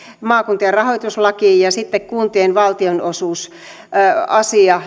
maakuntien rahoituslaki ja sitten kuntien valtionosuusasia